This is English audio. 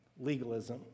legalism